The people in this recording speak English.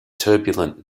turbulent